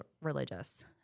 religious